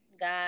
God